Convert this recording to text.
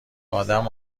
ادم